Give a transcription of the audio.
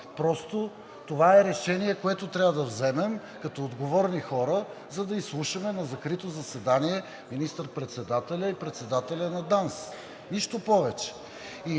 Просто това е решение, което трябва да вземем като отговорни хора, за да изслушаме на закрито заседание министър-председателя и председателя на ДАНС. Нищо повече